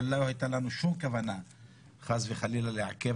אבל לא הייתה לנו שום כוונה חס וחלילה לעכב,